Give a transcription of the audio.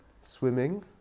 Swimming